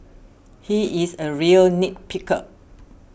he is a real nit picker